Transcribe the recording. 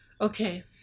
Okay